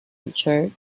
richard